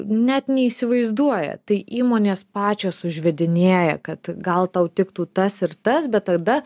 net neįsivaizduoja tai įmonės pačios užvedinėja kad gal tau tiktų tas ir tas bet tada